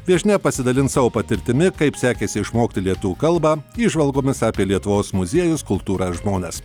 viešnia pasidalins savo patirtimi kaip sekėsi išmokti lietuvių kalbą įžvalgomis apie lietuvos muziejus kultūrą žmones